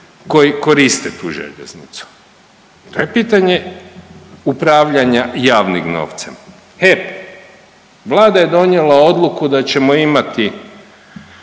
koji koriste tu željeznicu? To je pitanje upravljanja javnim novcem. HEP, Vlada je donijela odluku da ćemo imati